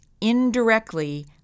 indirectly